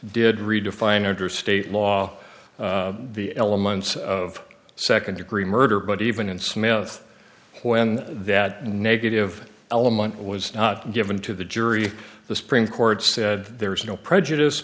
did redefine under state law the elements of second degree murder but even in smith when that negative element was not given to the jury the supreme court said there was no prejudice